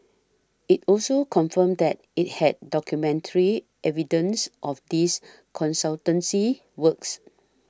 it also confirmed that it had documentary evidence of these consultancy works